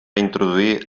introduir